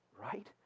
right